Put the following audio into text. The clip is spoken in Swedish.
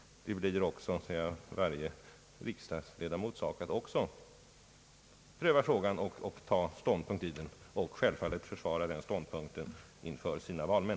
Det blir också varje riksdagsledamots sak att pröva frågan och ta ståndpunkt i den och självfallet försvara den ståndpunkten inför sina valmän.